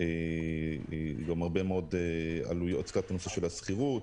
גם כשהכספומט